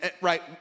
right